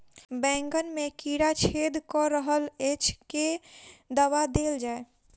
बैंगन मे कीड़ा छेद कऽ रहल एछ केँ दवा देल जाएँ?